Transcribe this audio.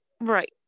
Right